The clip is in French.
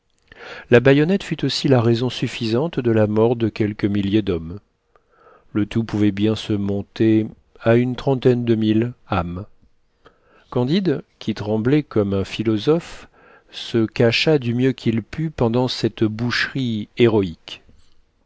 la baïonnette fut aussi la raison suffisante de la mort de quelques milliers d'hommes le tout pouvait bien se monter à une trentaine de mille âmes candide qui tremblait comme un philosophe se cacha du mieux qu'il put pendant cette boucherie héroïque